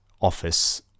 office